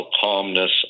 calmness